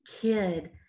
kid